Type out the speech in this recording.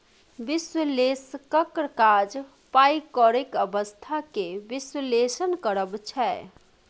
बिश्लेषकक काज पाइ कौरीक अबस्था केँ बिश्लेषण करब छै